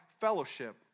fellowship